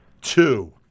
Two